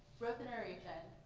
wrote the narration,